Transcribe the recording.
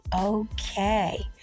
okay